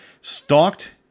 Stalked